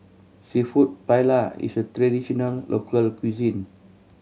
Seafood Paella is a traditional local cuisine